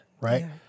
right